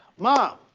mom.